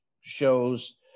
shows